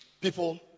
people